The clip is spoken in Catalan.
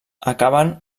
acaben